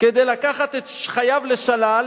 כדי לקחת את חייו לשלל,